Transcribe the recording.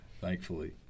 thankfully